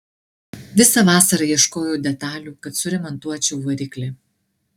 visą vasarą ieškojau detalių kad suremontuočiau variklį